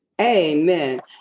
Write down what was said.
Amen